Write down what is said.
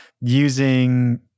using